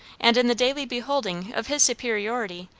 and in the daily beholding of his superiority,